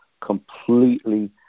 completely